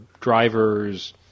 drivers